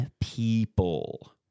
people